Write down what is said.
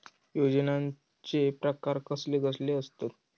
योजनांचे प्रकार कसले कसले असतत?